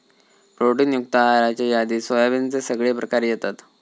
protein युक्त आहाराच्या यादीत सोयाबीनचे सगळे प्रकार येतत